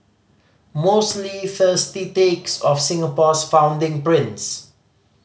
mostly thirsty takes of Singapore's founding prince